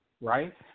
right